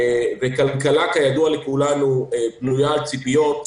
וכלכלה כידוע לכולנו בנויה על ציפיות.